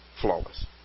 flawless